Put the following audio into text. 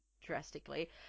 drastically